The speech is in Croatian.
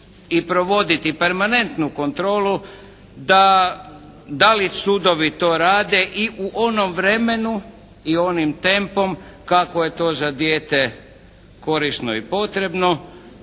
i provoditi permanentnu kontrolu da li sudovi to rade i u onom vremenu i onim tempom kako je to za dijete korisno i potrebno,